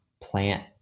plant